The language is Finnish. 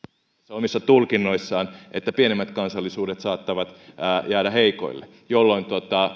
omissa tulkinnoissaan että pienemmät kansallisuudet saattavat jäädä heikoille jolloin